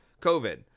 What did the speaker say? COVID